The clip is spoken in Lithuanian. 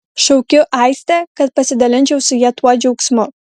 šaukiu aistę kad pasidalinčiau su ja tuo džiaugsmu